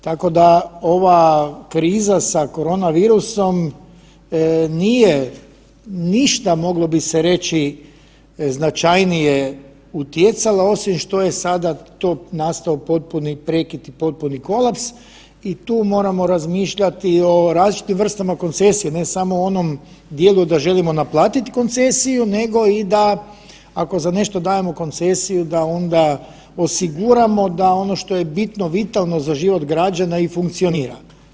Tako da ova kriza sa korona virusom nije ništa moglo bi se reći značajnije utjecala osim što je sada to nastao potpuni prekid i potpuni kolaps i tu moramo razmišljati o različitim vrstama koncesije, ne samo o onom dijelu da želimo naplatiti koncesiju nego i da ako za nešto dajemo koncesiju da onda osiguramo da ono što je bitno, vitalno za život građana i funkcionira.